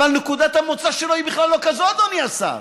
אבל נקודת המוצא שלו היא בכלל לא כזאת, אדוני השר.